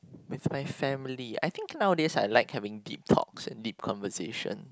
with my family I think nowadays I like having deep talks and deep conversation